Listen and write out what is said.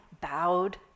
bowed